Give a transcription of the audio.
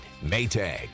Maytag